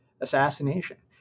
assassination